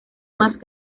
más